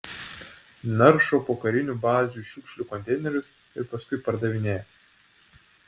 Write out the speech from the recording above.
naršo po karinių bazių šiukšlių konteinerius ir paskui pardavinėja